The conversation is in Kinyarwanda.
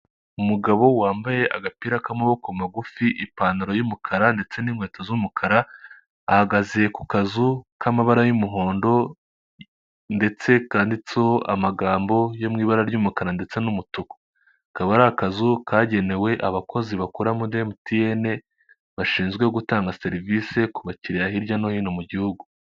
Umugabo wambaye agapira k'amaboko magufi ipantaro y'umukara ndetse n'inkweto z'umukara, ahagaze ku kazu k'amabara y'umuhondo ndetse kandiditseho amagambo yo mu ibara ry'umukara ndetse n'umutuku, akaba ari akazu kagenewe abakozi bakureramo ba emutiyende, bashinzwe gutanga serivisi ku bakiriya hirya no hino mu gihugu.